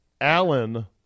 Allen